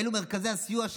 אלה מרכזי הסיוע,